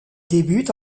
débute